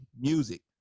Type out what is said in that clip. music